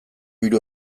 hiru